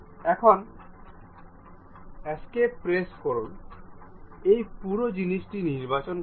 এখন এস্কেপপ্রেস করুন এই পুরো জিনিসটি নির্বাচন করুন